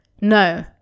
no